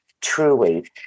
truly